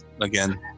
again